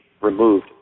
removed